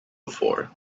before